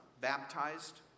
baptized